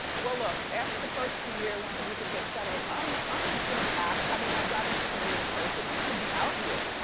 well, look. after the first of the year, once everything gets settled, um i'm going to app. i mean, i'd rather meet somebody in person. i'm going to be out here.